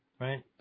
right